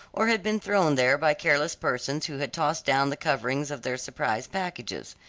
or had been thrown there by careless persons who had tossed down the coverings of their surprise packages.